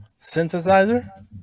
Synthesizer